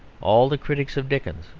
all the critics of dickens,